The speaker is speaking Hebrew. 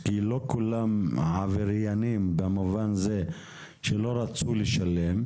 כי לא כולם עבריינים במובן זה שלא רצו לשלם,